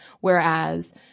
whereas